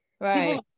right